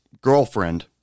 girlfriend